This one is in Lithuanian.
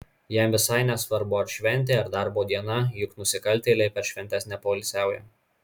jam visai nesvarbu ar šventė ar darbo diena juk nusikaltėliai per šventes nepoilsiauja